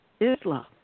Islam